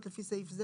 סליחה,